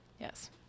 Yes